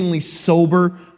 sober